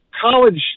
College